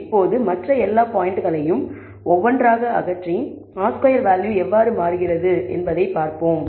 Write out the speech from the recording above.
இப்போது மற்ற எல்லா பாயிண்ட்களையும் ஒவ்வொன்றாக அகற்றி R ஸ்கொயர் வேல்யூ எவ்வாறு மாறுகிறது என்பதைப் பார்ப்போம்